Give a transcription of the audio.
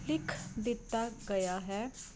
ਲਿਖ ਦਿੱਤਾ ਗਿਆ ਹੈ